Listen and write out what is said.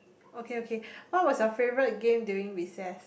okay okay what was your favourite game during recess